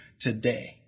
today